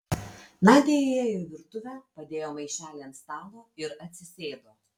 nadia įėjo į virtuvę padėjo maišelį ant stalo ir atsisėdo